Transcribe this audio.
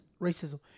racism